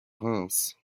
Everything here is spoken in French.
reims